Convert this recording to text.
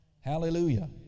Hallelujah